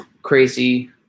Crazy